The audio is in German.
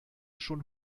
schon